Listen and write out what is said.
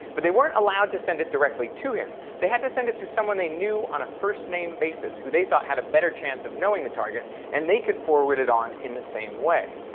but they weren't allowed to send it directly to him. they had to send it to someone they knew on a first name basis who they thought had a better chance of knowing the target and they could forward it on in the same way.